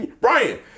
Brian